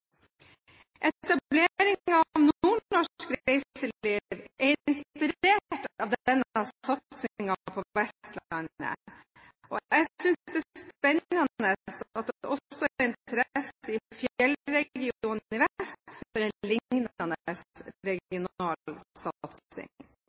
av Nordnorsk Reiseliv er inspirert av denne satsingen på Vestlandet, og jeg synes det er spennende at det også i fjellregionen i vest er interesse for en lignende